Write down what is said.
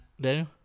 Daniel